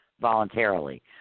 voluntarily